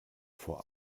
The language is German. vor